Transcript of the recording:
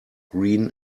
green